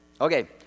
Okay